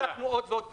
בדקנו עוד ועוד פניות.